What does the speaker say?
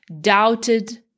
doubted